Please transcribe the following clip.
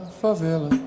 favela